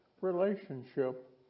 relationship